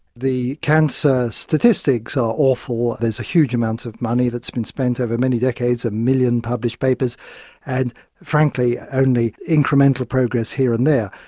the cancer statistics are awful, there's a huge amount of money that's been spent over many decades, a million published papers and frankly only incremental progress here and there.